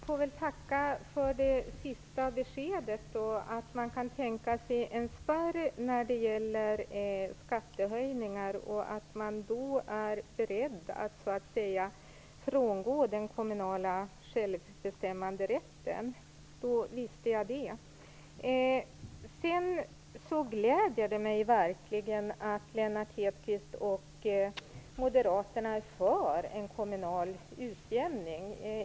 Fru talman! Jag får tacka för beskedet att man kan tänka sig en spärr när det gäller skattehöjningar och att man då är beredd att frångå den kommunala självbestämmanderätten. Då vet jag det. Det gläder mig verkligen att Lennart Hedquist och Moderaterna är för en kommunal utjämning.